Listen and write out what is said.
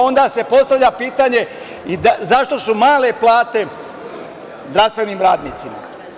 Onda se postavlja pitanje zašto su male plate zdravstvenim radnicima?